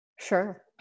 sure